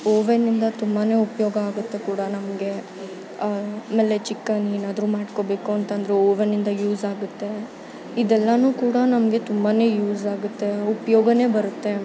ಓವೆನ್ನಿಂದ ತುಂಬಾ ಉಪಯೋಗ ಆಗುತ್ತೆ ಕೂಡ ನಮಗೆ ಆಮೇಲೆ ಚಿಕನ್ ಏನಾದ್ರೂ ಮಾಡ್ಕೋಬೇಕು ಅಂತ ಅಂದ್ರೂ ಓವನಿಂದ ಯೂಸ್ ಆಗುತ್ತೆ ಇದೆಲ್ಲನೂ ಕೂಡ ನಮಗೆ ತುಂಬಾ ಯೂಸ್ ಆಗುತ್ತೆ ಉಪಯೋಗನೇ ಬರುತ್ತೆ